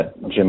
Jim